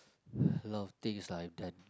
a lot of things lah I've done